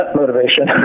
motivation